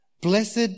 blessed